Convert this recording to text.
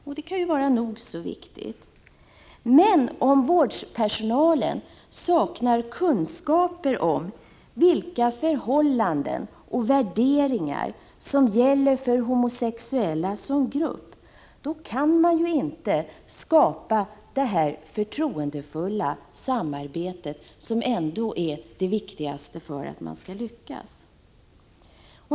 Detta kan vara nog så viktigt, men om vårdpersonalen saknar kunskaper om vilka förhållanden och värderingar som gäller för homosexuella som grupp, då kan man inte skapa det förtroendefulla samarbete som ändå är det viktigaste för att vi skall lyckas.